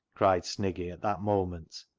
cried sniggy at that moment.